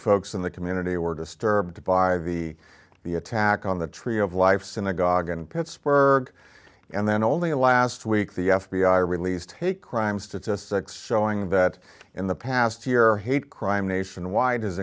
folks in the community were disturbed by the the attack on the tree of life synagogue in pittsburgh and then only last week the f b i released hate crime statistics showing that in the past year hate crime nationwide has